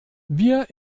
wir